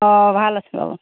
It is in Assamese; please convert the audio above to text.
অ ভাল আছে অ